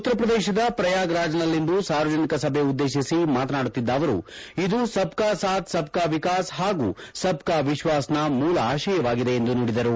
ಉತ್ತರ ಪ್ರದೇಶದ ಪ್ರಯಾಗ್ರಾಜ್ನಲ್ಲಿಂದು ಸಾರ್ವಜನಿಕ ಸಭೆ ಉದ್ದೇಶಿಸಿ ಮಾತನಾಡುತ್ತಿದ್ದ ಅವರು ಇದು ಸಬ್ ಕಾ ಸಾತ್ ಸಬ್ ಕಾ ವಿಕಾಸ್ ಹಾಗೂ ಸಬ್ ಕಾ ವಿಶ್ವಾಸ್ ನ ಮೂಲ ಆಶಯವಾಗಿದೆ ಎಂದು ನುಡಿದರು